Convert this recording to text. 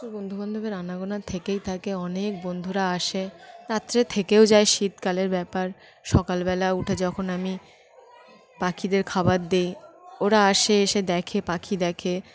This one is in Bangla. বন্ধুবান্ধবের আনাগোনা থেকেই থাকে অনেক বন্ধুরা আসে রাত্রে থেকেও যায় শীতকালের ব্যাপার সকালবেলা উঠে যখন আমি পাখিদের খাবার দিই ওরা আসে এসে দেখে পাখি দেখে